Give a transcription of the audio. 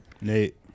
Nate